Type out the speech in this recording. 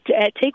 take